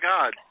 God